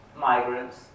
migrants